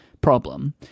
problem